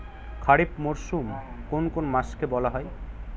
খারিফ মরশুম কোন কোন মাসকে বলা হয়?